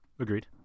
Agreed